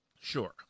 sure